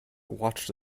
watched